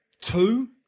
Two